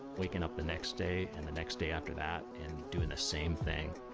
waking up the next day, and the next day after that and doing the same thing.